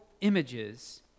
images